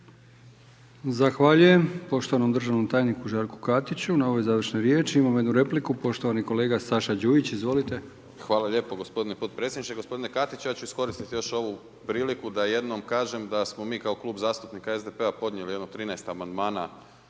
Zahvaljujem poštovanom državnom tajniku Žarku Katiću na ovoj završnoj riječi. Imamo jednu repliku poštovani kolega Saša Đujić. Izvolite. **Đujić, Saša (SDP)** Hvala lijepo gospodine potpredsjedniče. Gospodine Katić, ja ću iskoristiti još ovu priliku da jednom kažem da smo mi kao Klub zastupnika SDP-a podnijeli jedno 13 amandmana